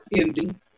ending